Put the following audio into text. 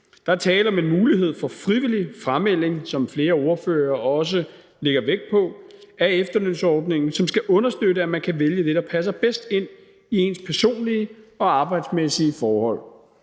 på, tale om en mulighed for frivillig framelding af efterlønsordningen, som skal understøtte, at man kan vælge det, der passer bedst ind i ens personlige og arbejdsmæssige forhold.